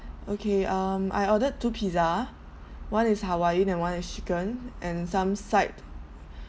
okay um I ordered two pizza one is hawaiian and one is chicken and some side